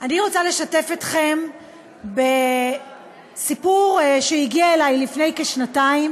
אני רוצה לשתף אתכם בסיפור שהגיע אלי לפני כשנתיים